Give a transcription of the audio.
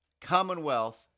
Commonwealth